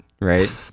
right